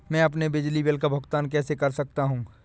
मैं अपने बिजली बिल का भुगतान कैसे कर सकता हूँ?